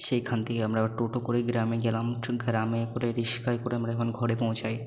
সেইখান থেকে আমরা আবার টোটো করে গ্রামে গেলাম গ্রামে করে রিক্সায় করে আমরা যখন ঘরে পৌঁছাই